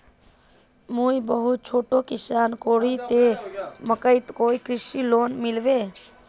मुई बहुत छोटो किसान करोही ते मकईर कोई कृषि लोन मिलबे?